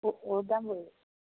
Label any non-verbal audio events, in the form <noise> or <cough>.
<unintelligible> বহুত দাম পৰিবচোন